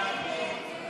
הסתייגות 33 לא